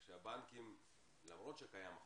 הבנקים, למרות שקיים החוק,